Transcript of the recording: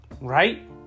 Right